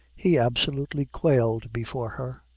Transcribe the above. he absolutely quailed before her